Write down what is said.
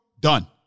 done